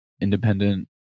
independent